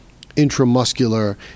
intramuscular